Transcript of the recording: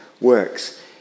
works